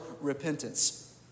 repentance